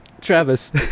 Travis